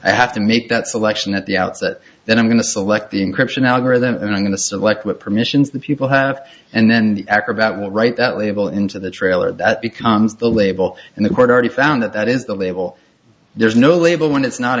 i have to make that selection at the outset then i'm going to select the encryption algorithm and i'm going to select what permissions the people have and then the acrobat will write that label into the trailer that becomes the label and the court already found that that is the label there's no label when it's not